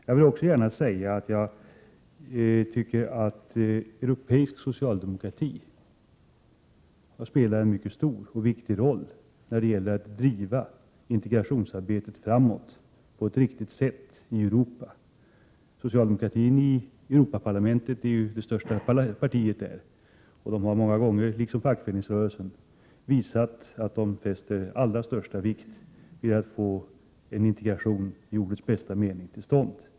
Jag vill också gärna säga att jag tycker att europeisk socialdemokrati har spelat en mycket stor och viktig roll när det gäller att driva integrationsarbetet framåt på ett riktigt sätt i Europa. Socialdemokratin är ju det största partiet i Europaparlamentet. Och socialdemokratin har många gånger, liksom fackföreningsrörelsen, visat att den fäster allra största vikt vid att få en integration, i ordets bästa mening, till stånd.